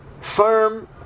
firm